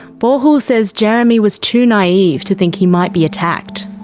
bo hu says jeremy was too naive to think he might be attacked.